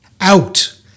Out